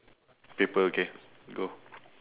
paper okay go